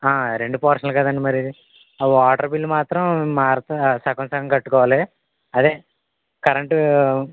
రెండు పోర్షన్లు కదండీ మరి ఆ వాటర్ బిల్ మాత్రం మారుతు సగం సగం కట్టుకోవాలి అదే కరెంట్